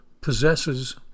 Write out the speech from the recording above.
possesses